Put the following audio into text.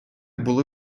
були